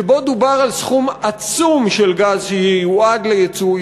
שבו דובר על כמות עצומה של גז שייועד ליצוא,